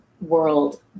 world